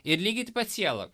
ir lygiai taip pat siela